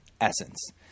essence